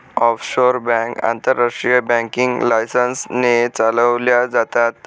offshore bank आंतरराष्ट्रीय banking licence ने चालवल्या जातात